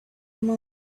monk